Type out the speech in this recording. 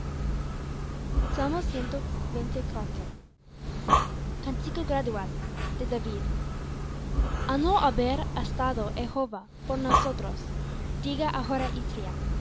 los soberbios cántico gradual de david a no haber estado jehová por nosotros diga